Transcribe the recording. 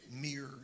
mere